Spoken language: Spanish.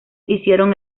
hicieron